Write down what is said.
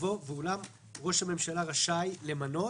יבוא "ואולם ראש הממשלה רשאי למנות"